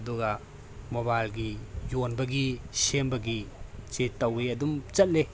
ꯑꯗꯨꯒ ꯃꯣꯕꯥꯏꯜꯒꯤ ꯌꯣꯟꯕꯒꯤ ꯁꯦꯝꯕꯒꯤ ꯁꯦ ꯇꯧꯏ ꯑꯗꯨꯝ ꯆꯠꯂꯦ